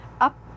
up